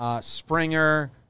Springer